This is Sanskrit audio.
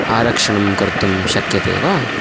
आरक्षणं कर्तुं शक्यते वा